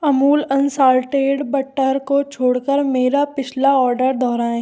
Amul unsalted butter को छोड़ कर मेरा पिछला आर्डर दोहराएँ